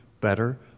better